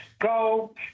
go